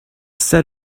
said